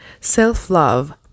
self-love